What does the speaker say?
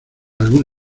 algún